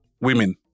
women